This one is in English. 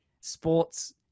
sports